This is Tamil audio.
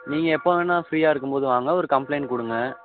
நீங்கள் எப்போ வேணால் ஃப்ரீயாக இருக்கும் போது வாங்க வந்து ஒரு கம்ப்ளைண்ட் கொடுங்க